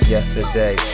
Yesterday